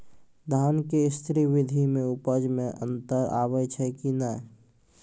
धान के स्री विधि मे उपज मे अन्तर आबै छै कि नैय?